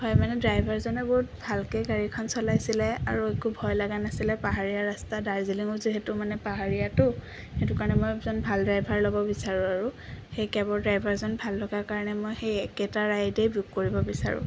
হয় মানে ড্ৰাইভাৰজনে বহুত ভালকে গাড়ীখন চলাইছিলে আৰু একো ভয় লগা নাছিলে পাহাৰীয়া ৰাস্তা দাৰ্জিলিঙো যিহেতু মানে পাহাৰীয়াতো সেইটো কাৰণে মই এজন ভাল ড্ৰাইভাৰ ল'ব বিচাৰোঁ আৰু সেই কেবৰ ড্ৰাইভাৰজন ভাল লগা কাৰণে মই সেই একেটা ৰাইডে বুক কৰিব বিচাৰোঁ